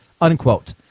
unquote